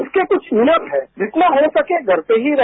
इसके क्छ नियम है जितना हो सके घर पर ही रहे